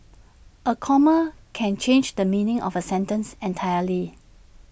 A comma can change the meaning of A sentence entirely